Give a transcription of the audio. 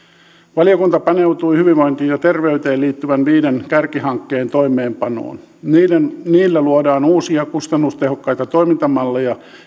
valiokunta paneutui hyvinvointiin ja terveyteen liittyvien viiden kärkihankkeen toimeenpanoon niillä luodaan uusia kustannustehokkaita toimintamalleja